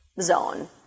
zone